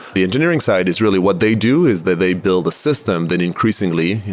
the engineering side is really, what they do is they they build a system then increasingly,